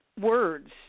words